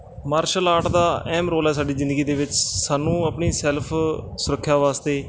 martial art ਦਾ ਅਹਿਮ role ਹੈ ਸਾਡੀ ਜ਼ਿੰਦਗੀ ਦੇ ਵਿੱਚ ਸਾਨੂੰ ਆਪਣੀ ਸੈਲਫ ਸੁਰੱਖਿਆ ਵਾਸਤੇ